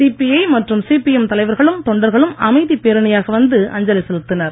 CBI மற்றும் CPM தலைவர்களும் தொண்டர்களும் அமைதிப் பேரணியாக வந்து அஞ்சலி செலுத்தினர்